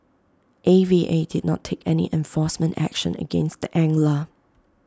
A V A did not take any enforcement action against the angler